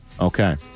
Okay